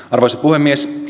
arvoisa puhemies